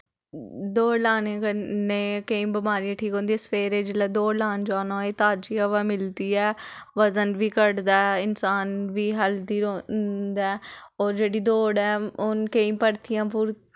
दौड़ लाने कन्नै केईं बमारियां ठीक होंदियां सवेरे जिसले दौड़ लान जाना होए ते ताजी हवा मिलदी ऐ बजन बी घट्टदा ऐ इंसान बी हैल्दी रौंह्दा ऐ होर जेह्ड़ी दौड़ ऐ ओह् केईं भर्थियां भुर्थियां